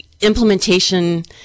implementation